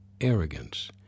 arrogance